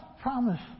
promise